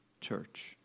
church